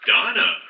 Donna